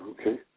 okay